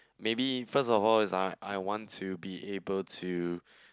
maybe first of all is I I want to be able to